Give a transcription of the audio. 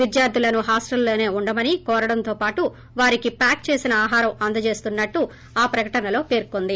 విద్యార్ధులను హాస్టల్లోనే ఉండమని కోరడంతో పాటు వారికి ప్యాక్ చేసిన ఆహారం అందజేస్తున్నట్టు ఆ ప్రకటనలో పేర్కొంది